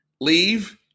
leave